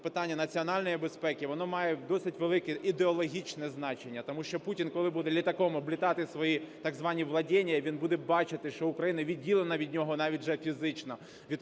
питання національної безпеки, воно має досить велике ідеологічне значення, тому що Путін, коли буде літаком облітати свої так звані владения, він буде бачити, що Україна відділена від нього навіть вже фізично